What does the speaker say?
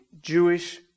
Jewish